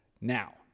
Now